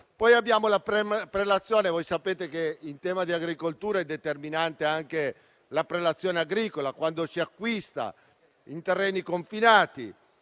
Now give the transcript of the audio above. Poi abbiamo la prelazione. Voi sapete che in tema di agricoltura è determinante anche la prelazione quando si acquistano terreni confinanti.